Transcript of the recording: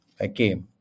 Okay